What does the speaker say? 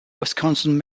wisconsin